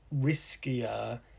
riskier